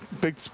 big